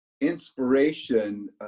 inspiration